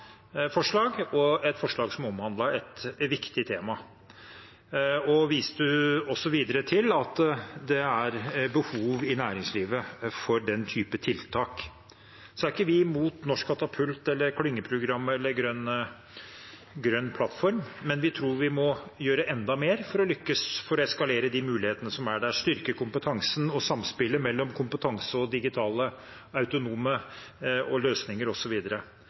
forslag, og et forslag som omhandlet et viktig tema. Hun viste videre til at det er behov for den type tiltak i næringslivet. Så er ikke vi imot Norsk katapult eller klyngeprogram eller Grønn plattform, men vi tror vi må gjøre enda mer for å lykkes for å eskalere de mulighetene som er der, styrke kompetansen og samspillet mellom kompetanse og digitale autonome løsninger,